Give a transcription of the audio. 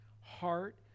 heart